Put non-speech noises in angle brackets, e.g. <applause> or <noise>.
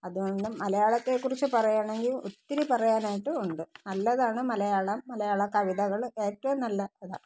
അതു <unintelligible> മലയാളത്തെ കുറിച്ച് പറയുകയാണെങ്കിൽ ഒത്തിരി പറയാനായിട്ട് ഉണ്ട് നല്ലതാണ് മലയാളം മലയാള കവിതകൾ ഏറ്റവും നല്ല അതാ